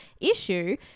issue